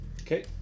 Okay